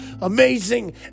amazing